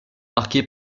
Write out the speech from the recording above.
marqués